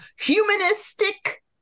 humanistic